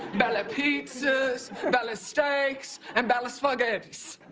ballot pizzas, ballot steaks and ballot spaghettis.